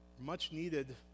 much-needed